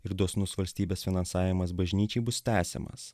ir dosnus valstybės finansavimas bažnyčiai bus tęsiamas